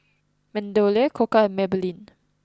MeadowLea Koka and Maybelline